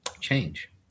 change